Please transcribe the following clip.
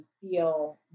feel